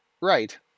right